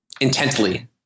Intently